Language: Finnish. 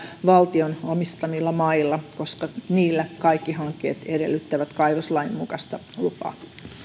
valtion omistamilla mailla koska niillä kaikki hankkeet edellyttävät kaivoslain mukaista lupaa